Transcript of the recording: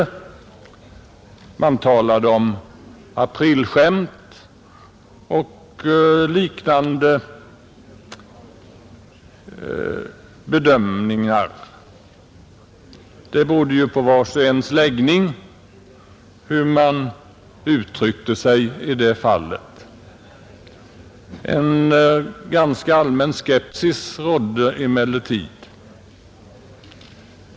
Man talade om aprilskämt och gjorde andra liknande bedömningar. Det berodde på vars och ens läggning hur man uttryckte sig i det fallet. En ganska allmän skepsis rådde emellertid.